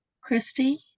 Christy